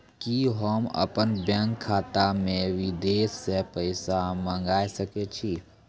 कि होम अपन बैंक खाता मे विदेश से पैसा मंगाय सकै छी?